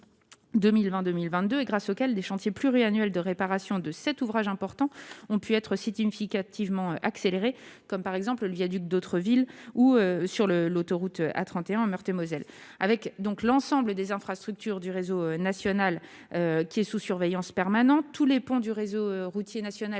2000 22 et grâce auquel des chantiers pluri-de réparation de cet ouvrage importants ont pu être sit-in flic hâtivement accéléré comme par exemple le le viaduc d'autres villes ou sur le l'autoroute A31 en Meurthe-et-Moselle, avec donc l'ensemble des infrastructures du réseau national qui est sous surveillance permanente tous les ponts du réseau routier national